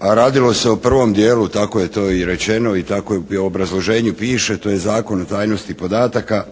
a radilo se o prvom dijelu. Tako je to i rečeno. I tako i u obrazloženju piše. To je Zakon o tajnosti podataka.